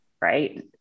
Right